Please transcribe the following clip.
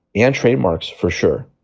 and trademarks for sure.